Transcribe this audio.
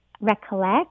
recollect